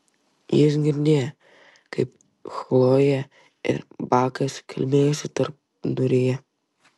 jis girdėjo kaip chlojė ir bakas kalbėjosi tarpduryje